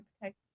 protect